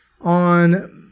on